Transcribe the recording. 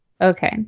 Okay